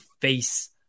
face